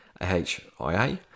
AHIA